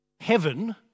heaven